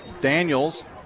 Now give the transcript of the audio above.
Daniels